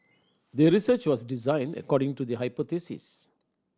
the research was designed according to the hypothesis